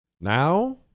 Now